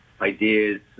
ideas